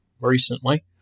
recently